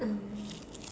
oh